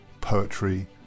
poetry